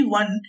one